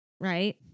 right